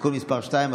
(תיקון מס' 2),